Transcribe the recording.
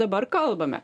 dabar kalbame